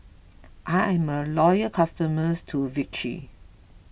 I am a loyal customer to Vichy